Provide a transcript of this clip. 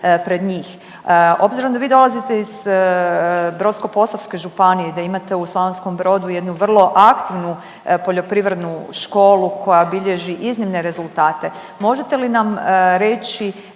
pred njih. Obzirom da vi dolazite iz Brodsko-posavske županije i da imate u Slavonskom Brodu jednu vrlo aktivnu poljoprivrednu školu koja bilježi iznimne rezultate. Možete li nam reći